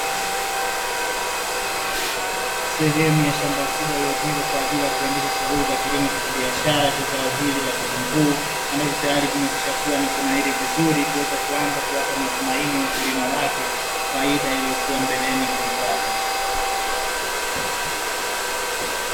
Sehemu ya shamba kubwa linalotumika kwajili ya kuendeshea shughuli za kibiashara cha zao hili la vitunguu, ambavyo tayari vimeshakua na kunawiri vizuri kuanza kuwapa matumaini wakulima wake, faida iliyokuwa mbeleni kuipata.